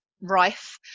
rife